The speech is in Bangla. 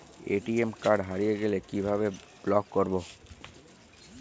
এ.টি.এম কার্ড হারিয়ে গেলে কিভাবে ব্লক করবো?